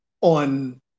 on